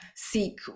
seek